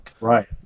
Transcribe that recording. right